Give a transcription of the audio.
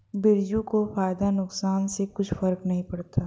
बिरजू को फायदा नुकसान से कुछ फर्क नहीं पड़ता